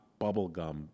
bubblegum